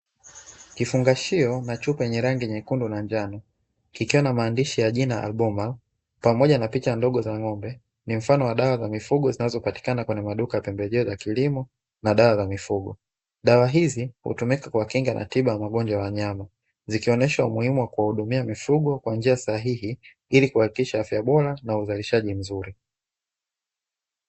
Kifungashio na chupa yenge rangi nyekundu na njano, kikiwa na maandishi ya jina "Albomal" pamoja na picha ndogo za ng'ombe. Ni mfano wa dawa za mifugo zinazopatikana kwenye maduka ya pembejeo za kilimo na dawa za mifugo. Dawa hizi hutumika kwa kinga na tiba ya magonjwa ya wanyama, zikionesha umuhimu wa kuhudumia mifugo kwa njia sahihi ili kuhakikisha afya bora na uzalishaji mzuri.